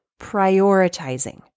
prioritizing